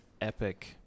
epic